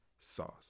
Sauce